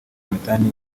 methane